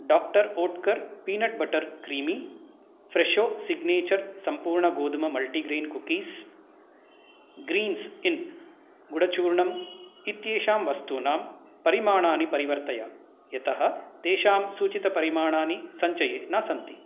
doctor Oetker peanut butter creamy Fresho signature सम्पूर्णगोधूममल्टिग्रैन् cookies greens in गुडचूर्णम् इत्येतेषां वस्तूनां परिमाणानि परिवर्तय यतः तेषां सूचितपरिमाणानि सञ्चये न सन्ति